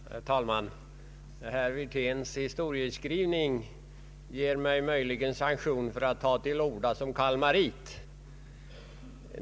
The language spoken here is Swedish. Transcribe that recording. Herr talman! Herr Wirténs historieskrivning sanktionerar möjligen att jag tar till orda som kalmarit.